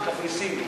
בקפריסין,